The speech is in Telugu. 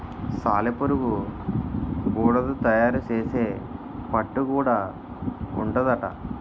సాలెపురుగు గూడడు తయారు సేసే పట్టు గూడా ఉంటాదట